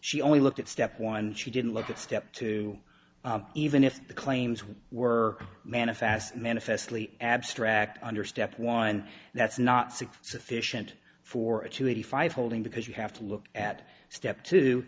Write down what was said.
she only looked at step one she didn't look at step two even if the claims were manifest manifestly abstract under step one that's not six sufficient for a two eighty five holding because you have to look at step t